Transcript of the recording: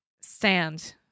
stand